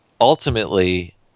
ultimately